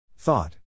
Thought